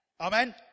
Amen